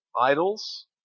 Idols